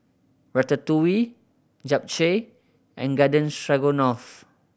Ratatouille Japchae and Garden Stroganoff